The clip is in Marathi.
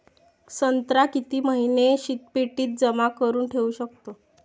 संत्रा किती महिने शीतपेटीत जमा करुन ठेऊ शकतो?